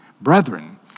Brethren